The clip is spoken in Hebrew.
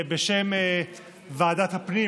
בשם ועדת הפנים,